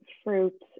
fruits